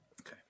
Okay